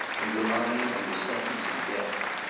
and were lying under sentence of death.